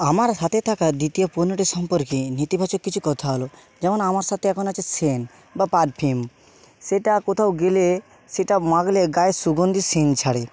আমার হাতে থাকা দ্বিতীয় পণ্যটির সম্পর্কে নেতিবাচক কিছু কথা হলো যেমন আমার সাথে এখন আছে সেন্ট বা পারফিউম সেটা কোথাও গেলে সেটা মাখলে গায়ে সুগন্ধি সেন্ট ছাড়ে